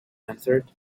answered